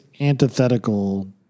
antithetical